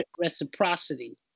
reciprocity